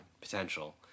potential